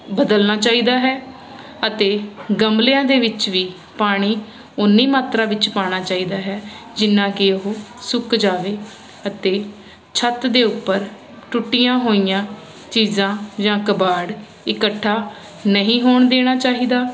ਬਦਲਨਾ ਚਾਈਦਾ ਹੈ ਅਤੇ ਗਮਲਿਆਂ ਦੇ ਵਿੱਚ ਵੀ ਪਾਣੀ ਉੱਨੀ ਮਾਤਰਾ ਵਿੱਚ ਪਾਣਾ ਚਾਈਦਾ ਹੈ ਜਿੰਨਾ ਕੇ ਉਹ ਸੁੱਕ ਜਾਵੇ ਅਤੇ ਛੱਤ ਦੇ ਉੱਪਰ ਟੁੱਟੀਆਂ ਹੋਈਆਂ ਚੀਜ਼ਾਂ ਜਾਂ ਕਬਾੜ ਇਕੱਠਾ ਨਹੀਂ ਹੋਣ ਦੇਣਾ ਚਾਹੀਦਾ